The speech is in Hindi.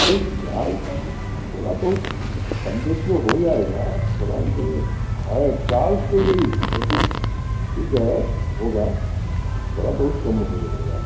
नहीं चाल तब थोड़ा बहुत कमो बेशी में हो जाएगा थोड़ा यह है चाल तो यही है लेकिन ठीक है होगा थोड़ा बहुत कम हो जाएगा